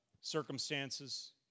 circumstances